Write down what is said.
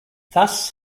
thus